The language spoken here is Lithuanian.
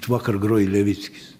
tai vakar grojo levickis